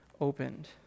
opened